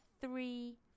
three